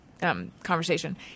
Conversation